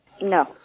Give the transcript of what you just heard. No